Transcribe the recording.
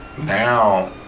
Now